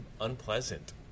unpleasant